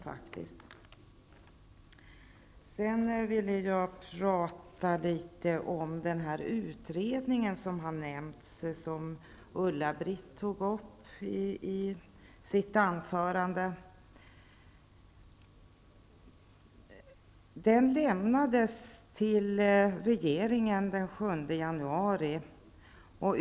Jag vill också säga något om den utredning som har nämnts, som Ulla-Britt Åbark tog upp i sitt anförande. Utredningen lämnade sin rapport till regeringen den 7 januari.